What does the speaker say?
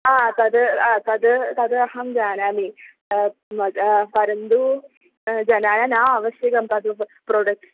हा तद् तद् तद् अहं जानामि परन्तु जनाः न आवश्यकं तद् प्रोडक्ट्